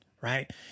right